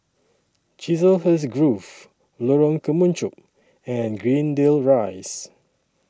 Chiselhurst Grove Lorong Kemunchup and Greendale Rise